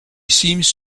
seems